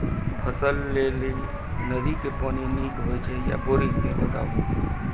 फसलक लेल नदी के पानि नीक हे छै या बोरिंग के बताऊ?